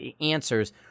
answers